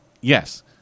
Yes